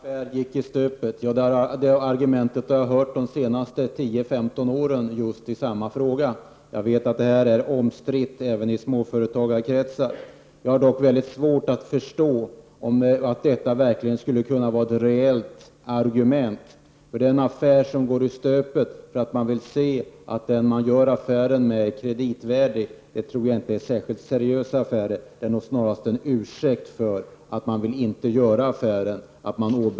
Herr talman! Argumentet att en affär gick i stöpet har jag hört de senaste 10—15 åren just i samma fråga. Jag vet att denna fråga är omstridd även i småföretagarkretsar. Jag har dock mycket svårt att förstå att detta verkligen skulle kunna vara ett reellt argument. Den affär som går i stöpet därför att man vill se att den man gör affären med är kreditvärdig, den affären tror jag inte är särskilt seriös. Att man åberopar någon typ av svepskäl är nog snarast en ursäkt för att man inte vill göra affären.